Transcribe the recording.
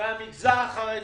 מהמגזר החרדי,